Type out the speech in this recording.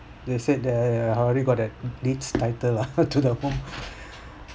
they said that I already got deeds title lah to the home